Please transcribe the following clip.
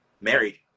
married